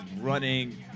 running